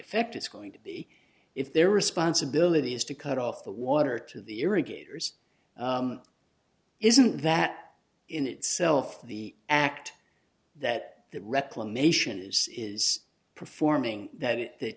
effect is going to be if their responsibility is to cut off the water to the irrigators isn't that in itself the act that that reclamation is is performing that it that